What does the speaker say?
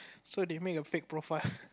so they make a fake profile